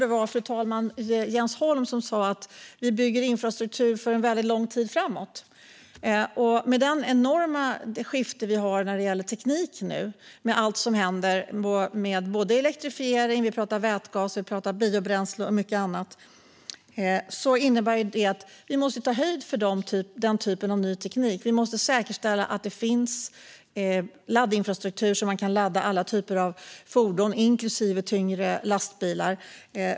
Jag tror att det var Jens Holm som sa att vi bygger infrastruktur för en väldigt lång tid framåt, och med det enorma skifte vi ser med allt som händer kring elektrifiering, vätgas, biobränsle och mycket annat innebär det att vi måste ta höjd för den typen av ny teknik. Vi måste säkerställa att det finns laddinfrastruktur så att man kan ladda alla typer av fordon inklusive tyngre lastbilar.